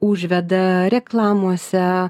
užveda reklamose